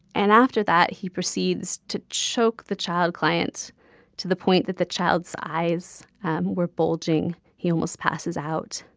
and after that, he proceeds to choke the child client to the point that the child's eyes were bulging. he almost passes out.